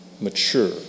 mature